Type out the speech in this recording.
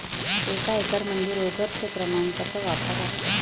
एक एकरमंदी रोगर च प्रमान कस वापरा लागते?